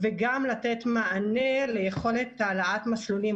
וגם לתת מענה ליכולת העלאת מסלולים,